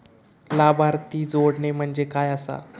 लाभार्थी जोडणे म्हणजे काय आसा?